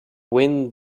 wind